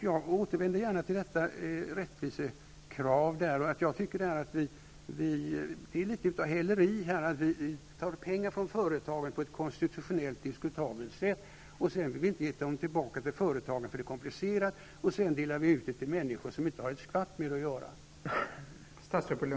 Jag återkommer gärna till rättvisekravet. Det är något av häleri att vi tar pengar från företagen på ett konstitutionellt diskutabelt sätt och sedan inte vill betala tillbaka pengarna med motiveringen att det blir för komplicerat. I stället delar vi ut pengarna till människor som inte har ett skvatt med dem att göra.